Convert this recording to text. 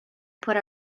put